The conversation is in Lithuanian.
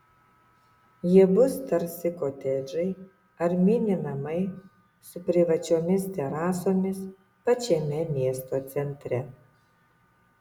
jie bus tarsi kotedžai ar mini namai su privačiomis terasomis pačiame miesto centre